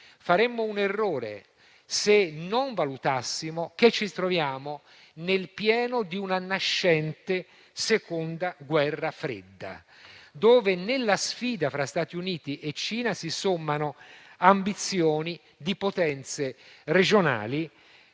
Faremmo un errore se non valutassimo che ci troviamo nel pieno di una nascente seconda guerra fredda, dove nella sfida fra Stati Uniti e Cina si sommano ambizioni di potenze regionali